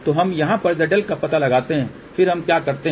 तो हम यहाँ पर zL का पता लगाते हैं फिर हम क्या करते हैं